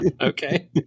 Okay